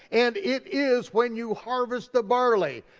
and it is when you harvest the barley.